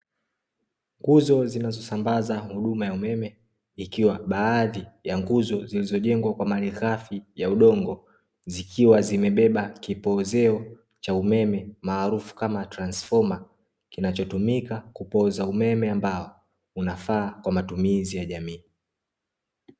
Nguzo zinazosambaza huduma ya umeme ikiwa baadhi ya nguzo zilizojengwa kwa malighafi ya udongo, zikiwa zimebeba kipoozeo cha umeme maarufu kama transfoma, kinachotumika kupooza umeme ambao unafaa kwa matumizi ya jamii.